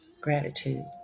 gratitude